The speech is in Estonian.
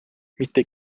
mitte